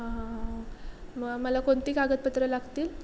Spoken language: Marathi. हां हां हां मग मला कोणती कागदपत्रं लागतील